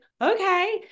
okay